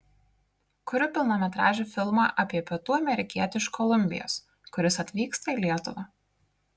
kuriu pilnametražį filmą apie pietų amerikietį iš kolumbijos kuris atvyksta į lietuvą